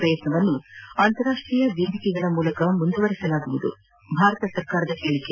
ಪ್ರಯತ್ನವನ್ನು ಅಂತಾರಾಷ್ಟೀಯ ವೇದಿಕೆಗಳ ಮೂಲಕ ಮುಂದುವರಿಸಲಾಗುವುದು ಭಾರತದ ಹೇಳಿಕೆ